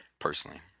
Personally